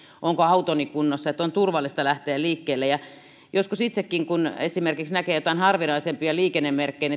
onko autoni kunnossa että on turvallista lähteä liikkeelle joskus itsellekin kun esimerkiksi näkee jotain harvinaisempia liikennemerkkejä